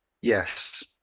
Yes